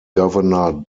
governor